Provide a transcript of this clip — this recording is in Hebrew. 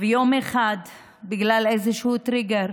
ויום אחד, בגלל איזשהו טריגר,